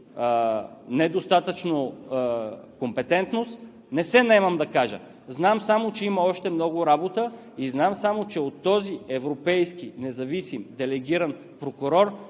недостатъчна компетентност – не се наемам да кажа. Знам само, че има още много работа и че от този европейски независим делегиран прокурор